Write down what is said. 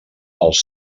als